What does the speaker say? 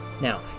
Now